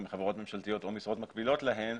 בחברות ממשלתיות או משרות מקבילות להן,